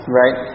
right